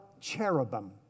cherubim